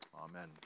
Amen